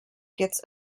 gets